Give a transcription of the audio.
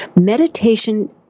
Meditation